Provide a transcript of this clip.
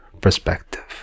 perspective